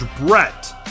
Brett